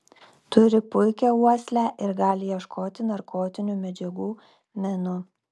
turi puikią uoslę ir gali ieškoti narkotinių medžiagų minų